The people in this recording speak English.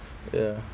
ya